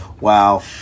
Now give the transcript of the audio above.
wow